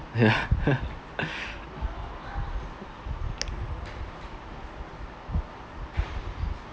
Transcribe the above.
yeah